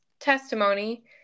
testimony